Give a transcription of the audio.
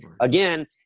again